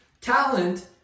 talent